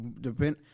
depend